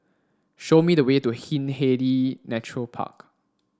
show me the way to Hindhede Nature Park